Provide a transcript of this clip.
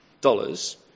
dollars